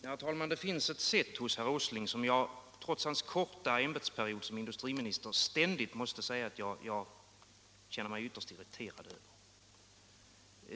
Herr talman! Det finns ett sätt hos herr Åsling som jag, trots hans korta ämbetsperiod som industriminister, ständigt känner mig ytterst irriterad av.